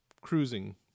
cruising